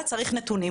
ואסור לנו להתעלם מזה.